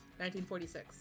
1946